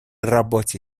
работе